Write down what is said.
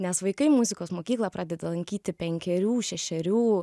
nes vaikai muzikos mokyklą pradeda lankyti penkerių šešerių